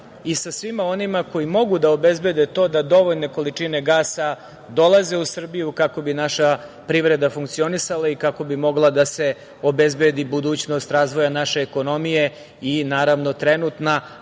i sa svima onima koji mogu da obezbede to da dovoljne količine gasa dolaze u Srbiju kako bi naša privreda funkcionisala i kako bi mogla da se obezbedi budućnost razvoja naše ekonomije i, naravno, trenutna